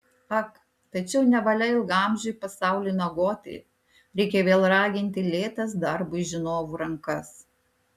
ak tačiau nevalia ilgaamžiui pasauliui miegoti reikia vėl raginti lėtas darbui žinovų rankas